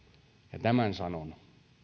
tämän sanon